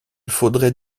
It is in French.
faudrait